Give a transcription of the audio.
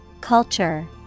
Culture